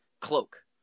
cloak